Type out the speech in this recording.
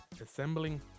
Assembling